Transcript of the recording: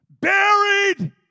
Buried